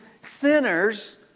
sinners